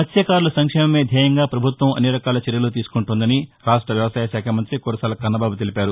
మత్స్టకారుల సంక్షేమమే ధ్యేయంగా ప్రభుత్వం అన్నిరకాల చర్యలు తీసుకుంటోందని రాష్ట వ్యవసాయ శాఖ మంత్రి కురసాల కన్నబాబు తెలిపారు